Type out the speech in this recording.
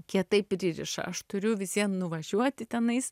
kietai pririša aš turiu visvien nuvažiuoti tenais